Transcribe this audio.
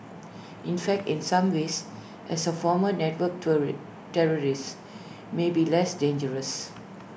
in fact in some ways as A formal network terrorists may be less dangerous